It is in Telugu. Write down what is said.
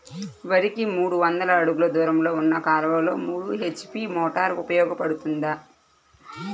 వరికి మూడు వందల అడుగులు దూరంలో ఉన్న కాలువలో మూడు హెచ్.పీ మోటార్ ఉపయోగపడుతుందా?